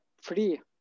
free